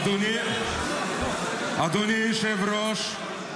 אדוני היושב-ראש,